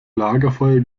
lagerfeuer